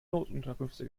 notunterkünfte